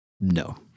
no